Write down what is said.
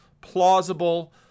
plausible